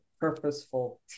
purposeful